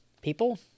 people